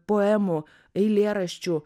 poemų eilėraščių